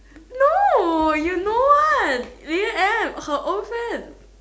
no you know one leader M her old friend